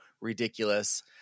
ridiculous